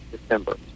December